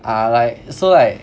ah like so like